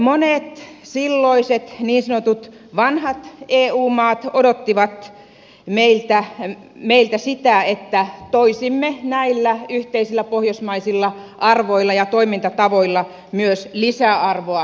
monet silloiset niin sanotut vanhat eu maat odottivat meiltä sitä että toisimme näillä yhteisillä pohjoismaisilla arvoilla ja toimintatavoilla myös lisäarvoa eurooppalaiseen politiikkaan